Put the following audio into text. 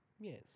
Yes